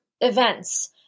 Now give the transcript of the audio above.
events